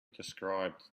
described